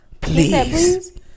Please